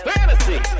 Fantasy